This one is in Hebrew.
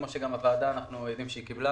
כמו שאנחנו יודעים שגם הוועדה קיבלה